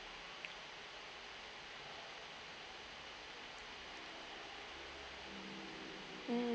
mm